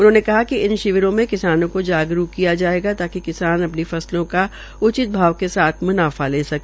उन्होंने कहा कि शिविरों के किसानों को जागरूक किया जायेगा ताकि किसान अपनी फसलों का उचित भाव के साथ म्नाफा भी ले सके